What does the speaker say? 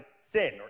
sin